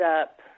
up